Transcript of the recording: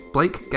Blake